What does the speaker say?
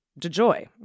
DeJoy